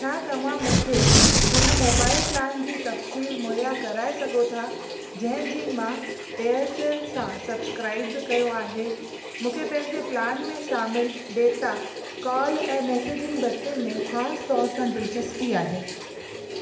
छा तव्हां मूंखे हुन मोबाइल प्लान जी तफ़सील मुहैया कराए सघो था जंहिं जी मां एयरसेल सां सब्सक्राइब कयो आहे मूंखे पंहिंजे प्लान में शामिलु डेटा कॉल ऐं मैसेजिंग भत्ते में ख़ासि तौर सां दिलचस्पी आहे